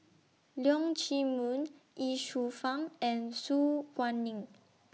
Leong Chee Mun Ye Shufang and Su Guaning